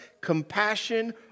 compassion